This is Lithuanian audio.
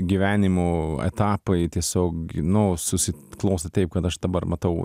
gyvenimo etapai tiesiog nu susiklostė taip kad aš dabar matau